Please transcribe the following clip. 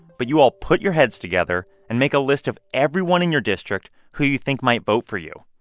but you all put your heads together and make a list of everyone in your district who you think might vote for you.